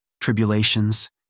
tribulations